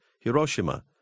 Hiroshima